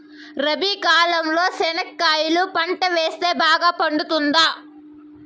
రబి కాలంలో చెనక్కాయలు పంట వేస్తే బాగా పండుతుందా?